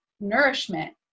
nourishment